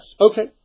Okay